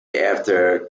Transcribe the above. after